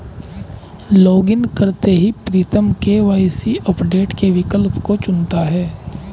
login करते ही Pritam KYC update के विकल्प को चुनता है